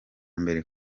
mbere